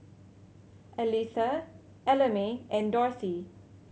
Aletha Ellamae and Dorthy